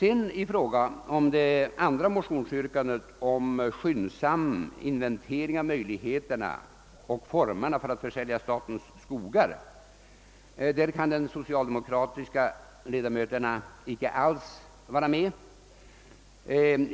I fråga om det andra motionsyrkandet om skyndsam inventering av möjligheterna och formerna för att försälja statens skogar kan de socialdemo kratiska ledamöterna inte alls vara med.